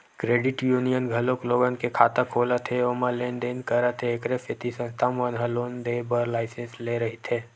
credit union घलोक लोगन के खाता खोलत हे ओमा लेन देन करत हे एखरे सेती संस्था मन ह लोन देय बर लाइसेंस लेय रहिथे